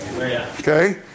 Okay